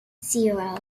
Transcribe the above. zero